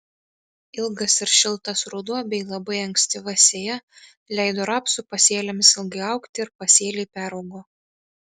ilgas ir šiltas ruduo bei labai ankstyva sėja leido rapsų pasėliams ilgai augti ir pasėliai peraugo